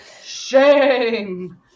Shame